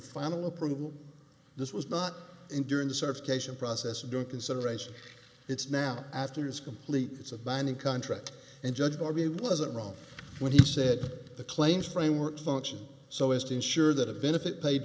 final approval this was not in during the certification process of doing consideration it's now after is complete it's a binding contract and judge bar b wasn't wrong when he said the claims framework function so as to ensure that event if it paid